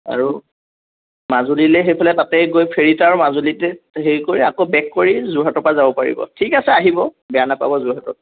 আৰু মাজুলীলৈ সেইফালে তাতেই গৈ ফেৰিত আৰু মাজুলীতে হেৰি কৰি আকৌ বেক কৰি যোৰহাটৰ পৰা যাব পাৰিব ঠিক আছে আহিব বেয়া নাপাব যোৰহাটত